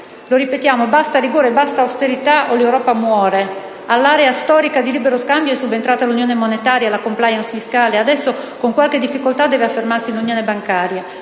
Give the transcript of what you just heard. Lo ripetiamo: basta rigore, basta austerità, o l'Europa muore. All'area storica di libero scambio è subentrata l'Unione monetaria, la *compliance* fiscale, e adesso, con qualche difficoltà, deve affermarsi l'unione bancaria.